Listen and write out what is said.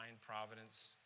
providence